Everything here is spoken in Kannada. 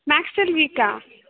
ಮಾಥ್ಸಲ್ಲಿ ವೀಕಾ